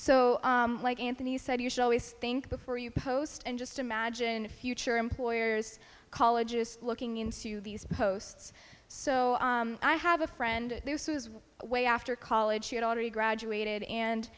i like anthony said you should always think before you post and just imagine a future employers colleges looking into these posts so i have a friend who is way after college she had already graduated and